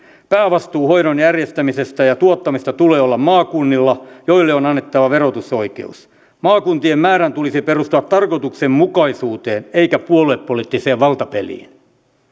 päävastuun hoidon järjestämisestä ja tuottamisesta tulee olla maakunnilla joille on annettava verotusoikeus maakuntien määrän tulisi perustua tarkoituksenmukaisuuteen eikä puoluepoliittiseen valtapeliin